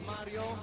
Mario